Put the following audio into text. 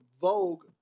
Vogue